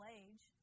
age